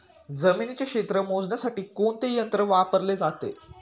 जमिनीचे क्षेत्र मोजण्यासाठी कोणते यंत्र वापरले जाते?